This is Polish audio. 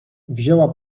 wzięła